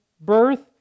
birth